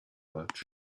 much